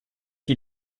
die